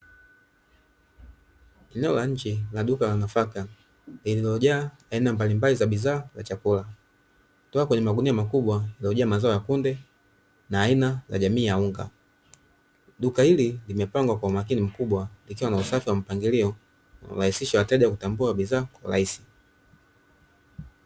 Eneo la nje la duka la nafaka lililojaa aina mbalimbali za bidhaa za chakula, kutoka kwenye magunia makubwa yamejaa mazao ya kunde na aina ya jamii za unga. Duka hili limepangwa kwa umakini mkubwa likiwa na usafi wa mpangilio unaorahisishia wateja kutambua bidhaa kwa urahisi.